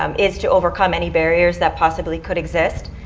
um it's to overcome any barriers that possibly could exist.